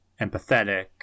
empathetic